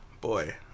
Boy